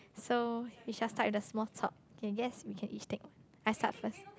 so we just start with the small talk can guess we can each take I start first